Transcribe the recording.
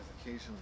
occasionally